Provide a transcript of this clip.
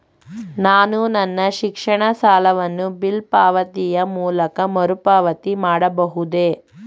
ನಾನು ನನ್ನ ಶಿಕ್ಷಣ ಸಾಲವನ್ನು ಬಿಲ್ ಪಾವತಿಯ ಮೂಲಕ ಮರುಪಾವತಿ ಮಾಡಬಹುದೇ?